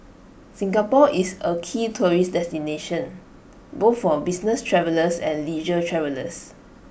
Singapore is A key tourist destination both for business travellers and leisure travellers